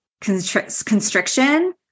constriction